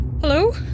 Hello